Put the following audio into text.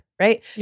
Right